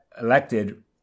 elected